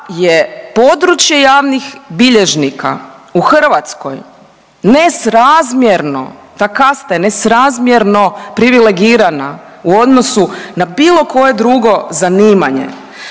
je područje javnih bilježnika u Hrvatskoj nesrazmjeno, ta kasta je nesrazmjeno privilegirana u odnosu na bilo koje drugo zanimanje.